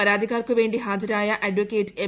പരാതിക്കാർക്കുവേണ്ടി ഫ്ടാജ്രായ advocate A